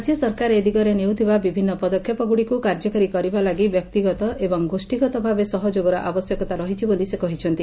ରାକ୍ୟ ସରକାର ଏ ଦିଗରେ ନେଉଥିବା ବିଭିନ୍ନ ପଦକ୍ଷେପଗୁଡ଼ିକୁ କାର୍ଯ୍ୟକାରୀ କରିବା ଲାଗି ବ୍ୟକ୍ତିଗତ ଏବଂ ଗୋଷୀଗତ ଭାବେ ସହଯୋଗର ଆବଶ୍ୟକତା ରହିଛି ବୋଲି ସେ କହିଛନ୍ତି